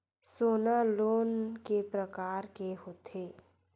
सोना लोन के प्रकार के होथे?